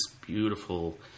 beautiful